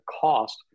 cost